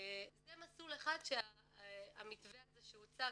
זה מסלול אחד של המתווה שהוצג,